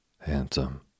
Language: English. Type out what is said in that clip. handsome